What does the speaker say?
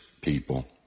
people